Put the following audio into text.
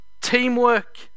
teamwork